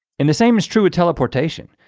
and the same is true with teleportation.